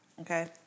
Okay